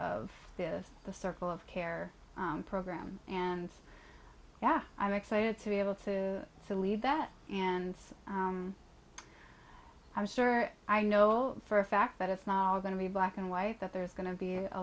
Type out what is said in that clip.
of this the circle of care program and yeah i'm excited to be able to believe that and i'm sure i know for a fact that it's not going to be black and white that there's going to be a